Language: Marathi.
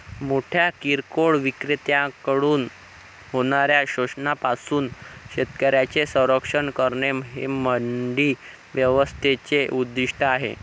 मोठ्या किरकोळ विक्रेत्यांकडून होणाऱ्या शोषणापासून शेतकऱ्यांचे संरक्षण करणे हे मंडी व्यवस्थेचे उद्दिष्ट आहे